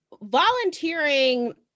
volunteering